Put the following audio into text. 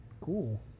cool